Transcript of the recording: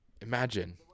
imagine